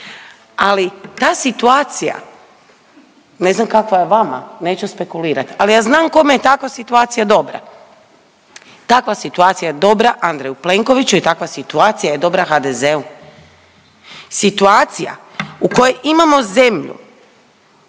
Ali ta situacija, ne znam kakva je vama neću spekulirat, ali ja znam kome je takva situacija dobra. Takva je situacija dobra Andreju Plenkoviću i takva situacija je dobra HDZ-u. Situacija u kojoj imamo zemlju